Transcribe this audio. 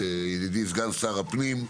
ידידי סגן שר הפנים,